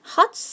Hot